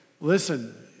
listen